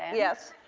yes.